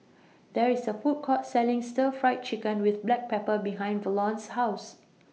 There IS A Food Court Selling Stir Fried Chicken with Black Pepper behind Verlon's House